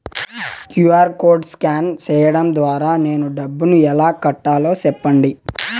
QR code scan సేయడం ద్వారా నేను డబ్బును ఎలా కట్టాలో సెప్పండి?